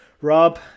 Rob